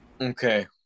Okay